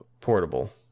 portable